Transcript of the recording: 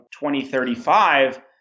2035